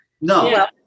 No